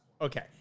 Okay